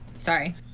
Sorry